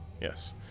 Yes